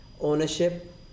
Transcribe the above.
ownership